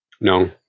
No